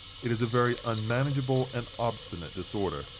it is a very unmanageable and obstinate disorder,